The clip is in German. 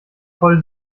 voll